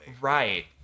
Right